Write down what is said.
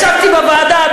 ישבתי בוועדה,